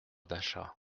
d’achat